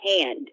hand